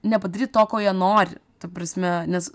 nepadaryt to ko jie nori ta prasme nes